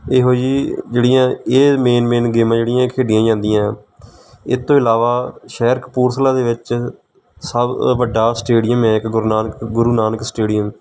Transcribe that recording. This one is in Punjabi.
ਇਹੋ ਜਿਹੀ ਜਿਹੜੀਆਂ ਇਹ ਮੇਨ ਮੇਨ ਗੇਮਾਂ ਜਿਹੜੀਆਂ ਖੇਡੀਆਂ ਜਾਂਦੀਆਂ ਇਹ ਤੋਂ ਇਲਾਵਾ ਸ਼ਹਿਰ ਕਪੂਰਥਲਾ ਦੇ ਵਿੱਚ ਸਭ ਵੱਡਾ ਸਟੇਡੀਅਮ ਹੈ ਇਕ ਗੁਰੂ ਨਾਨਕ ਗੁਰੂ ਨਾਨਕ ਸਟੇਡੀਅਮ